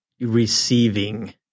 receiving